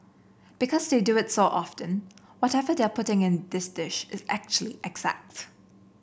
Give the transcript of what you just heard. because they do it so often whatever they are putting in this dish is actually exact